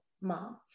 mom